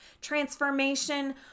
transformation